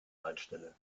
leitstelle